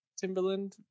timberland